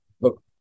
look